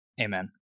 Amen